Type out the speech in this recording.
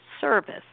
service